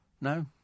No